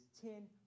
ten